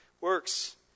works